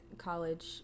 college